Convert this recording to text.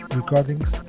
recordings